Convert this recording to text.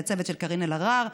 לצוות של קארין אלהרר,